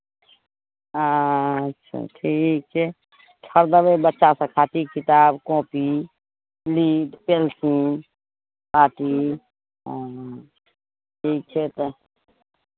अच्छा ठीक छै खरिदबै बच्चासभ खातिर किताब कॉपी लीड पेलसिन कॉपी ठीक छै तब